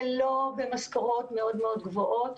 ולא במשכורות מאוד מאוד גבוהות,